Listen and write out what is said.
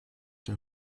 der